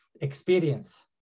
experience